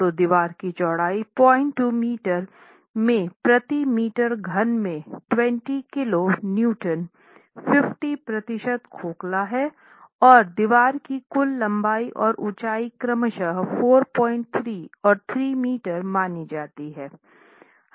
तो दीवार की चौड़ाई 02 मीटर में प्रति मीटर घन में 20 किलो न्यूटन 50 प्रतिशत खोखला हैं और दीवार की कुल लंबाई और ऊंचाई क्रमश 43 और 3 मीटर मानी जाती है